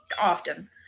often